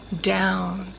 down